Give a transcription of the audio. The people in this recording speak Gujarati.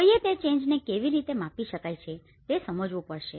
કોઈએ તે ચેન્જને કેવી રીતે માપી શકાય છે તે સમજવું પડશે